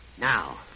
Now